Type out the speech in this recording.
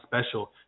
special